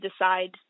decide